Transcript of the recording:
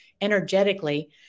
energetically